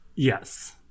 Yes